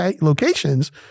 locations